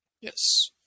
Yes